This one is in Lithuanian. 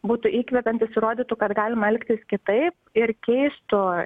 būtų įkvepiantys ir rodytų kad galima elgtis kitaip ir keistų